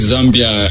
Zambia